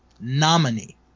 nominee